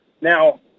Now